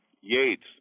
Yates